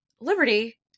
Liberty